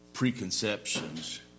preconceptions